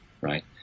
right